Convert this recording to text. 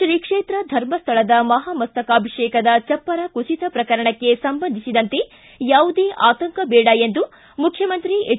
ಶ್ರೀಕ್ಷೇತ್ರ ಧರ್ಮಸ್ಥಳದ ಮಹಾಮಸ್ತಕಾಭಿಷೇಕದ ಚಪ್ಪರ ಕುಸಿತ ಪ್ರಕರಣಕ್ಷೆ ಸಂಬಂಧಿಸಿದಂತೆ ಯಾವುದೇ ಆತಂಕ ದೇಡ ಎಂದು ಮುಖ್ಯಮಂತ್ರಿ ಎಚ್